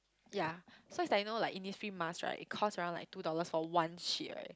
ya so is like you know like Innisfree mask right it costs around like two dollars for one sheet right